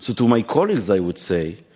so to my colleagues, i would say,